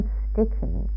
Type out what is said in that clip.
sticking